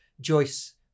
Joyce